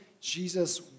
Jesus